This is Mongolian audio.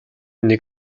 нэг